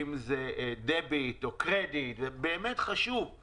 אם זה קרדיט או דביט אלה באמת דברים חשובים